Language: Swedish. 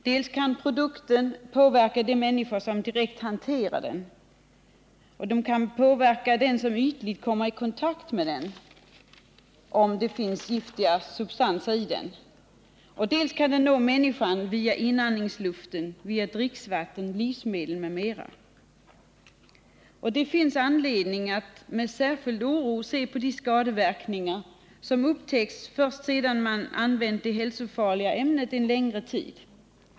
Dels kan produkten påverka de människor som direkt hanterar den och dem som ytligt kommer i kontakt med den, om det finns giftiga substanser i den. Dels kan produkten nå människan via inandningsluften, dricksvattnet, livsmedel m.m. Det finns anledning att med särskild oro se på de skadeverkningar som upptäcks först sedan man använt det hälsofarliga ämnet en längre tid.